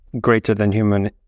greater-than-human